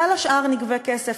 ועל השאר נגבה כסף,